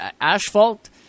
asphalt